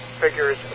figures